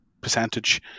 percentage